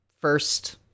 first